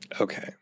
Okay